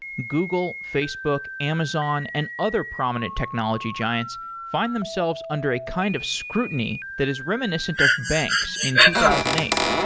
google, facebook, amazon and other prominent technology giants find themselves under a kind of scrutiny that is reminiscent of banks in two thousand and eight,